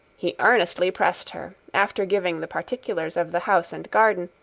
he earnestly pressed her, after giving the particulars of the house and garden,